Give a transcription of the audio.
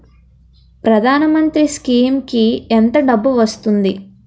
ప్రధాన మంత్రి స్కీమ్స్ కీ ఎంత డబ్బు వస్తుంది?